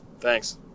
Thanks